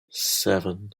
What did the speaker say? seven